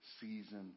season